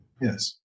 Yes